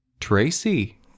Tracy